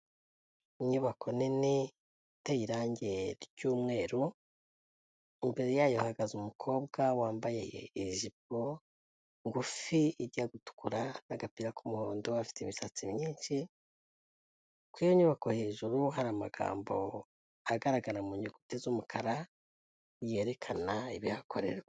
Inyubako nini iteye irange ry'umweru, imbere yayo hahagaze umukobwa wambaye ijipo ngufi ijya gutukura n'agapira k'umuhondo, afite imisatsi myinshi, ku iyo nyubako hejuru hari amagambo agaragara mu nyuguti z'umukara yerekana ibihakorerwa.